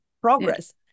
progress